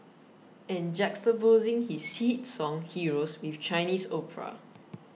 and juxtaposing his hit song Heroes with Chinese opera